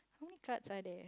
how many cards are there